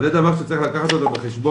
אז זה דבר שצריך לקחת אותו בחשבון,